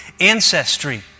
ancestry